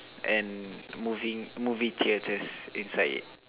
and moving movie theatres inside it